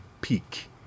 peak